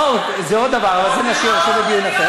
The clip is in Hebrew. לא, זה עוד דבר, אבל את זה נשאיר עכשיו לדיון אחר.